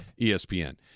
ESPN